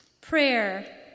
prayer